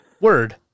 Word